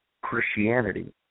Christianity